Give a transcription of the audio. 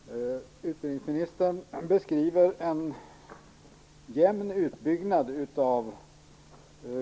Fru talman! Utbildningsministern beskriver en jämn utbyggnad av